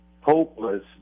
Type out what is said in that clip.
hopeless